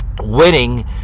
winning